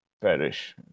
perish